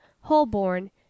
holborn